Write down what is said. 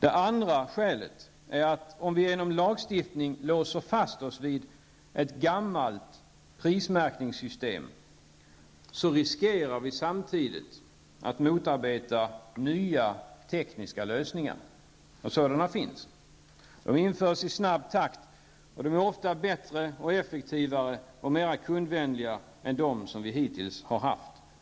Det andra skälet är att om vi genom lagstiftning låser fast oss vid ett gammalt prismärkningssystem, riskerar vi samtidigt att motarbeta nya tekniska lösningar. Sådana finns. De införs i snabb takt, och de är ofta bättre och effektivare och mera kundvänliga än dem som vi hittills har haft.